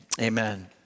Amen